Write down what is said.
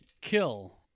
kill